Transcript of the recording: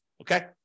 okay